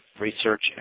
research